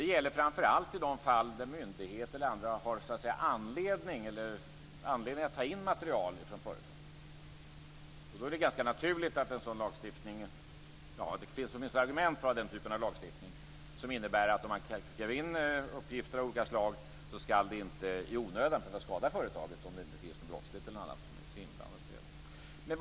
Den gäller framför allt i de fall där myndighet eller andra har anledning att ta in material från företag. Det finns argument för att ha den typen av lagstiftning som innebär att det, om man skickar in uppgifter av olika slag, inte i onödan skall behöva skada företaget, om det inte är något brottsligt eller liknande som är inblandat i det hela.